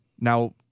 now